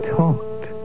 talked